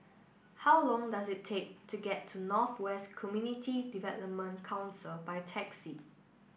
how long does it take to get to North West Community Development Council by taxi